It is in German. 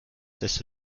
desto